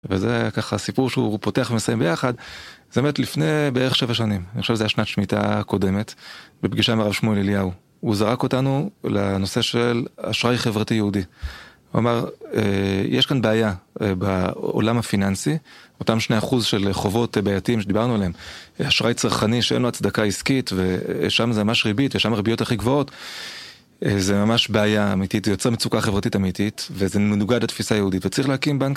וזה ככה, הסיפור שהוא פותח ומסיים ביחד, זה באמת לפני בערך שבע שנים. אני חושב שזו הייתה שנת שמיטה הקודמת, בפגישה עם הרב שמואל אליהו. הוא זרק אותנו לנושא של אשראי חברתי-יהודי. הוא אמר, יש כאן בעיה בעולם הפיננסי, אותם שני אחוז של חובות בעייתיים שדיברנו עליהם, אשראי צרכני שאין לו הצדקה עסקית, ושם זה ממש ריבית, ושם הריביות הכי גבוהות, זה ממש בעיה אמיתית, זה יוצר מצוקה חברתית אמיתית, וזה מנוגד לתפיסה היהודית, וצריך להקים בנק.